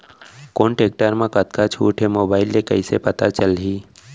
कोन टेकटर म कतका छूट हे, मोबाईल ले कइसे पता चलही?